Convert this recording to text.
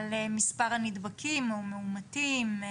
על מספר הנדבקים או מאומתים?